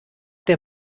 der